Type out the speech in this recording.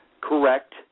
correct